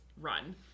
run